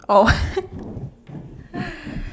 oh